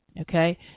okay